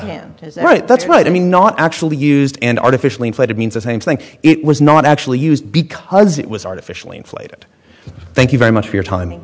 him right that's what i mean not actually used and artificially inflated means the same thing it was not actually used because it was artificially inflated thank you very much for your timing